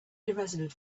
irresolute